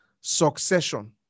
succession